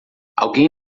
alguém